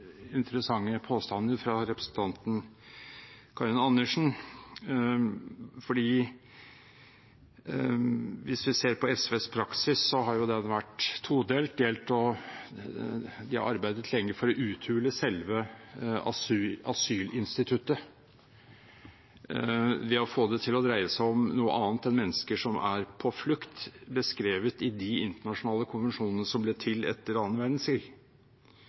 interessante påstander fra representanten Karin Andersen. Hvis vi ser på SVs praksis, har den vært todelt. De har arbeidet lenge for å uthule selve asylinstituttet, å få det til å dreie seg om noe annet enn mennesker som er på flukt, beskrevet i de internasjonale konvensjonene som ble til etter annen